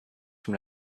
from